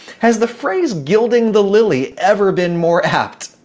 has the phrase gilding the lily ever been more apt?